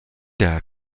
der